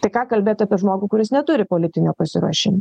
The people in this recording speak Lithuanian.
tai ką kalbėt apie žmogų kuris neturi politinio pasiruošimo